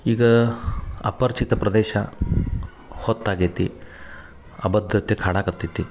ಈಗ ಅಪರಿಚಿತ ಪ್ರದೇಶ ಹೊತ್ತಾಗೈತಿ ಅಭದತ್ರೆ ಕಾಣಾಕತ್ತೈತಿ